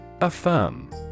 Affirm